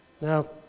Now